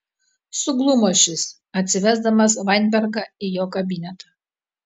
suglumo šis atsivesdamas vainbergą į jo kabinetą